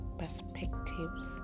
perspectives